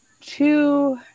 two